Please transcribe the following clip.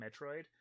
metroid